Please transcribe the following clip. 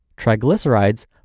triglycerides